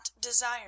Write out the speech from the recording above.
desire